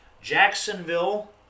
Jacksonville